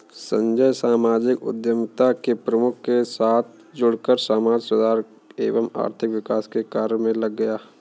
संजय सामाजिक उद्यमिता के प्रमुख के साथ जुड़कर समाज सुधार एवं आर्थिक विकास के कार्य मे लग गया